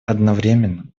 одновременно